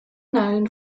known